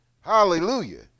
Hallelujah